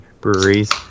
breweries